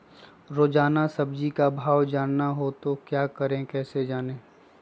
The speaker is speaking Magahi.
रोजाना सब्जी का भाव जानना हो तो क्या करें कैसे जाने?